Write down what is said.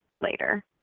later